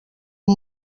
amb